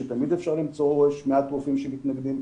שתמיד אפשר למצוא מעט רופאים שמתנגדים,